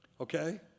Okay